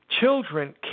children